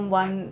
one